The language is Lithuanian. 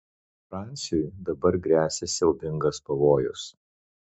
fransiui dabar gresia siaubingas pavojus